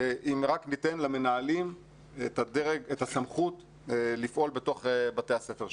אם רק ניתן למנהלים את הסמכות לפעול בתוך בתי הספר שלהם.